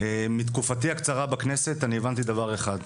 מתקופתי הקצרה בכנסת אני הבנתי דבר אחד,